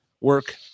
work